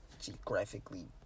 Geographically